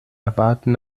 erwarten